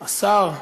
השר,